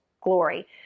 glory